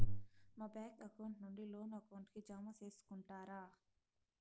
మా bank account నుండి loan account కి జామ సేసుకుంటారా?